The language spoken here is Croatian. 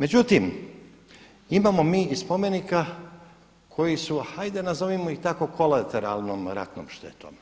Međutim imamo mi i spomenika koji su ajde nazovimo ih tako kolateralnom ratnom štetom